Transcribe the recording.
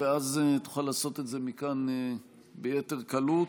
ואז תוכל לעשות את זה מכאן ביתר קלות.